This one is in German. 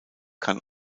kann